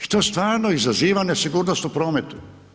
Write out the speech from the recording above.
I to stvarno izazova nesigurnost u prometu.